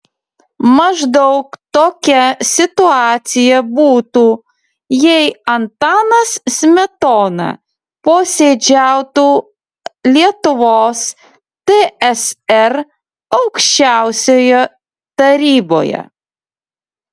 maždaug tokia situacija būtų jei antanas smetona posėdžiautų lietuvos tsr aukščiausioje taryboje